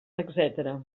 etc